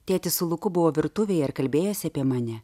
tėtis su luku buvo virtuvėje ir kalbėjosi apie mane